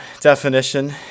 definition